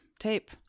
Tape